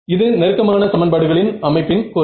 இது நெருக்கமான சமன்பாடுகளின் அமைப்பின் குறை